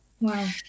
Wow